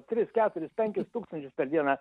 tris keturis penkis tūkstančius per dieną